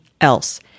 else